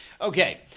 Okay